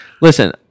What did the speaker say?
Listen